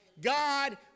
God